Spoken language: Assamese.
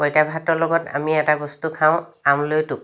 পঁইতা ভাতৰ লগত আমি এটা বস্তু খাওঁ আমলৈ টোপ